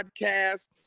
podcast